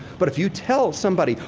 but if you tell somebody,